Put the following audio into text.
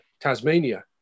Tasmania